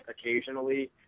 occasionally